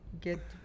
get